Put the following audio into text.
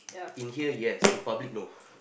in here yes in public no